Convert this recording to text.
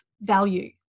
value